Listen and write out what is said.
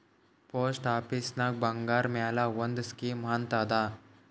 post ಆಫೀಸ್ನಾಗ್ ಬಂಗಾರ್ ಮ್ಯಾಲ ಒಂದ್ ಸ್ಕೀಮ್ ಅಂತ್ ಅದಾ